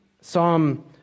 Psalm